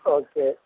okay